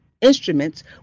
instruments